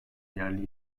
yerli